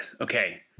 Okay